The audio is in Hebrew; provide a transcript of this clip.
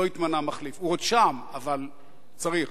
ולא התמנה מחליף, הוא עוד שם, אבל צריך.